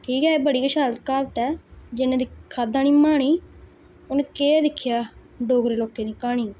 ठीक ऐ एह् बड़ी गै शैल क्हावत ऐ जिन दिक्ख खादा निं माह्नी उ'न केह् दिक्खेआ डोगरें लोकें दी क्हानी